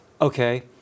okay